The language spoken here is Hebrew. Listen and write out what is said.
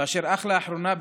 ואשר אך לאחרונה,